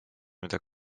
mida